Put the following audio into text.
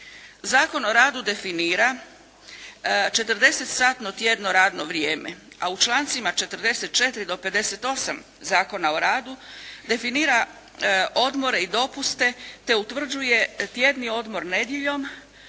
Zakon o radu definira 40-satno tjedno radno vrijeme, a u člancima 44. do 58. Zakona o radu definira odmore i dopuste te utvrđuje tjedni odmor nedjeljom,